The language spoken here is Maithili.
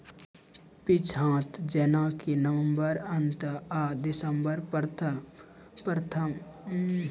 पीछात जेनाकि नवम्बर अंत आ दिसम्बर प्रथम सप्ताह मे कून बीज बुनलास नीक उपज हेते?